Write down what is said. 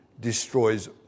destroys